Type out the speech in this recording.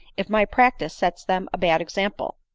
if my practice sets them a bad ex ample?